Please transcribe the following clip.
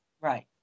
Right